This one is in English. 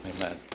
Amen